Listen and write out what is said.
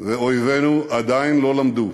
ואויבינו עדיין לא למדו: